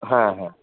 হ্যাঁ হ্যাঁ